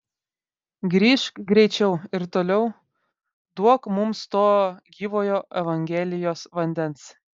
grįžk greičiau ir toliau duok mums to gyvojo evangelijos vandens